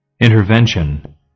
intervention